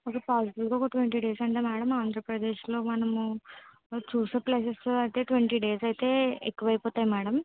okay పాసిబుల్గా ఒక twenty days అంటే మేడం ఆంధ్రప్రదేశ్లో మనము చూసే ప్లేసెస్ అయితే ట్వంటీ డేస్ అయితే ఎక్కవైపోతాయి మేడం